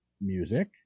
music